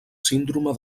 síndrome